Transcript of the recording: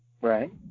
Right